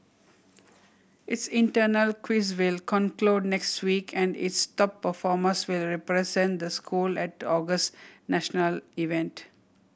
its internal quiz will conclude next week and its top performers will represent the school at August national event